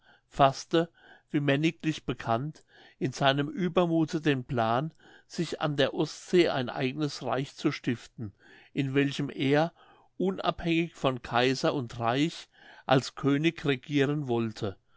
faßte wie männiglich bekannt in seinem uebermuthe den plan sich an der ostsee ein eignes reich zu stiften in welchem er unabhängig von kaiser und reich als könig regieren wollte